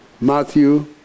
Matthew